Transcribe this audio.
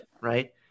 right